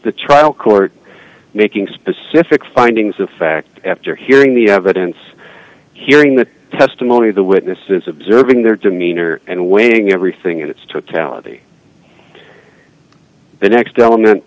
the trial court making specific findings of fact after hearing the evidence hearing the testimony of the witnesses observing their demeanor and weighing everything in its totality the next element